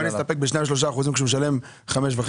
הוא מוכן להסתפק ב-2%-3% כשהוא משלם 5.5?